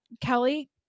Kelly